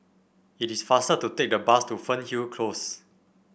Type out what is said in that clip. it is faster to take the bus to Fernhill Close